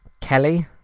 Kelly